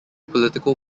political